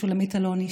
שולמית אלוני,